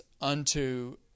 unto